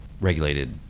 regulated